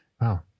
wow